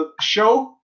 show